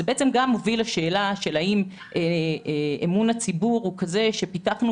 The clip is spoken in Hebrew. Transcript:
זה גם מוביל לשאלה האם אמון הציבור הוא כזה שנתנו